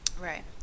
Right